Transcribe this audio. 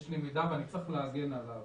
יש לי מידע ואני צריך להגן עליו.